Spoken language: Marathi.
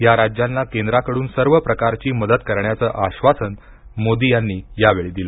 या राज्यांना केंद्राकडून सर्व प्रकारची मदत करण्याचं आश्वासन मोदी यांनी यावेळी दिलं